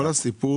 כל הסיפור